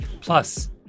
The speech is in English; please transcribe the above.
Plus